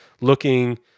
looking